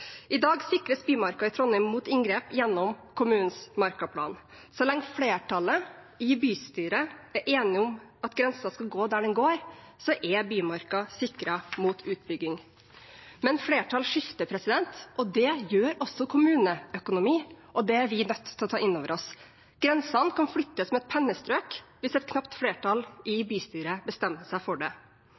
I dag sikres Bymarka i Trondheim mot inngrep gjennom kommunens markaplan. Så lenge flertallet i bystyret er enige om at grensen skal gå der den går, er Bymarka sikret mot utbygging. Men flertall skifter, det gjør også kommuneøkonomien, og det er vi nødt til å ta inn over oss. Grensene kan flyttes med et pennestrøk hvis et knapt flertall i bystyret bestemmer seg for det.